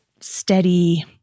steady